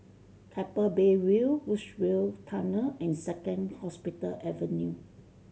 Keppel Bay View Woodsville Tunnel and Second Hospital Avenue